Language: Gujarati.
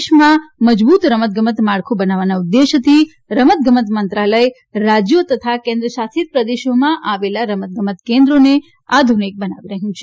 દેશમાં મજબૂત રમતગમત માળખુ બનાવવાના ઉદ્દેશ્યથી રમતગમત મંત્રાલય રાજ્યો તથા કેન્દ્રશાસિત પ્રદેશોમાં આવેલા રમતગમત કેન્દ્રોને આધુનિક બનાવી રહ્યું છે